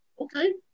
Okay